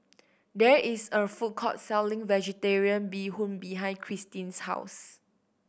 there is a food court selling Vegetarian Bee Hoon behind Christin's house